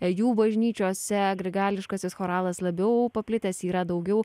jų bažnyčiose grigališkasis choralas labiau paplitęs yra daugiau